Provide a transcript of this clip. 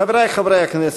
חברי חברי הכנסת,